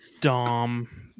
Dom